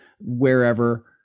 wherever